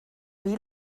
wie